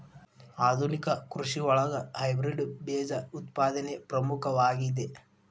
ಆಧುನಿಕ ಕೃಷಿಯೊಳಗ ಹೈಬ್ರಿಡ್ ಬೇಜ ಉತ್ಪಾದನೆ ಪ್ರಮುಖವಾಗಿದೆ